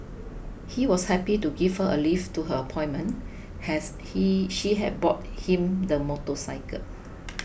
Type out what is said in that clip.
he was happy to give her a lift to her appointment has he she had bought him the motorcycle